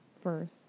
First